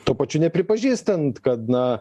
tuo pačiu nepripažįstant kad na